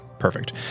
perfect